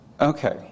Okay